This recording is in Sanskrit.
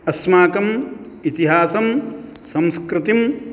अस्माकम् इतिहासं संस्कृतिं